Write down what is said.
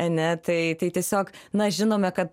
ane tai tai tiesiog na žinome kad